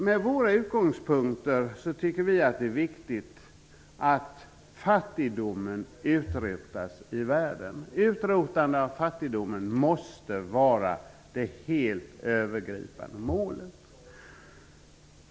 Med våra utgångspunkter tycker vi att det är viktigt att fattigdomen utrotas i världen. Utrotandet av fattigdomen i världen måste vara det helt övergripande målet.